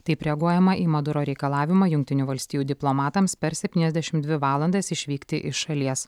taip reaguojama į maduro reikalavimą jungtinių valstijų diplomatams per septyniasdešimt dvi valandas išvykti iš šalies